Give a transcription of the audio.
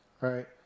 right